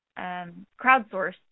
crowdsource